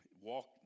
walk